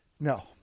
No